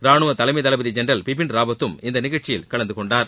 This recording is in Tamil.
ராணுவ தலைமை தளபதி ஜெனரல் பிபின் ராவத்தும் இந்த நிகழ்ச்சியில் கலந்து கொண்டார்